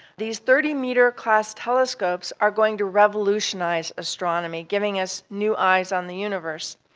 these thirty metre class telescopes are going to revolutionise astronomy, giving us new eyes on the universe.